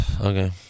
Okay